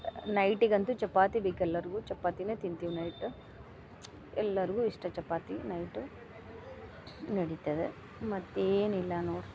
ನೈಟಿಗಂತು ಚಪಾತಿ ಬೇಕು ಎಲ್ಲರಿಗು ಚಪಾತಿನೇ ತಿಂತೀವಿ ನೈಟ ಎಲ್ಲರಿಗು ಇಷ್ಟ ಚಪಾತಿ ನೈಟ ನಡೀತದ ಮತ್ತು ಏನಿಲ್ಲ ನೋಡ್ರಿ